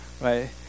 right